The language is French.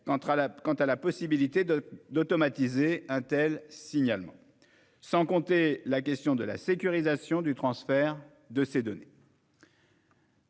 quant à la possibilité d'automatiser un tel signalement, sans compter la question de la sécurisation du transfert de ces données.